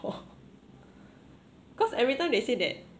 cause every time they say that